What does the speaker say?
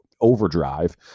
overdrive